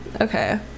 Okay